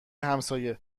همسایه